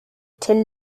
tin